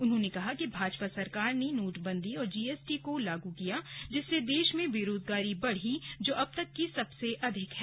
उन्होंने कहा कि भाजपा सरकार ने नोटबंदी और जीएसटी को लागू किया जिससे देश में बेरोजगारी बढ़ी जो अब तक की सबसे अधिक है